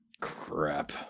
crap